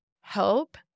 help